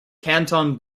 canton